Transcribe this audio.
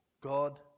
God